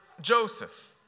Joseph